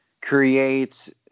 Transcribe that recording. create